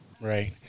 Right